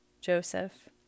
Joseph